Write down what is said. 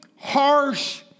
harsh